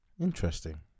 Interesting